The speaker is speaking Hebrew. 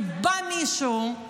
ובא מישהו,